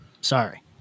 Sorry